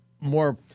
more